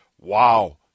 wow